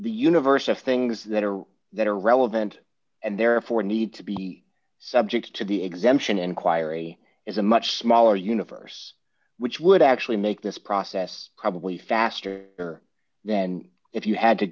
the universe of things that are that are relevant and therefore need to be subject to the exemption inquiry is a much smaller universe which would actually make this process probably faster then if you had to